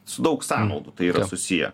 su daug sąnaudų tai yra susiję